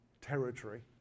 territory